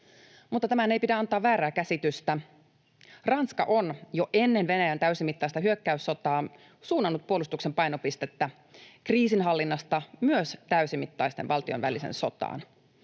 Mutta tämän ei pidä antaa väärää käsitystä. Ranska on jo ennen Venäjän täysimittaista hyökkäyssotaa suunnannut puolustuksen painopistettä kriisinhallinnasta myös täysimittaiseen valtioiden väliseen sotaan.